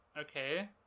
Okay